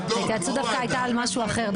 ההתייעצות היתה על משהו אחר.